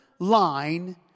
Line